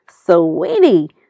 Sweetie